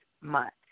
month